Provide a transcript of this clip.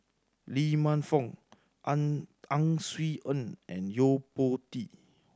Lee Man Fong Ang Ang Swee Aun and Yo Po Tee